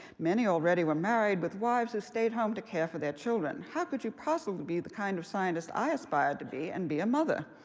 many already were married with wives who stayed home to care for their children. how could you possibly be the kind of scientist i aspired to be and be a mother?